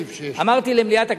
אמרתי למליאת הכנסת,